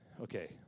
Okay